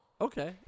Okay